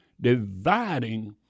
dividing